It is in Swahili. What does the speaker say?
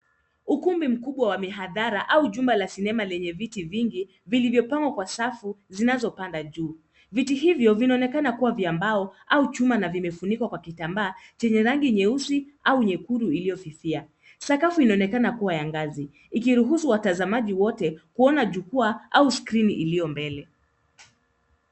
Ukumbi mkubwa wa mihadhara au chumba cha sinema wenye viti vingi vilivyopangwa kwa safu zinazopanda juu. Viti hivyo vinaonekana kuwa vya mbao au chuma na vimefunikwa kwa kitambaa chenye rangi nyeusi au nyekundu iliyokolea. Sakafu inaonekana kuwa ya ngazi, ikiruhusu watazamaji wote kuona jukwaa au skrini iliyo mbele.